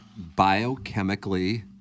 biochemically